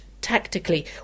tactically